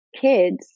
kids